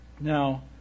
Now